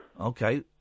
Okay